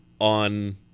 on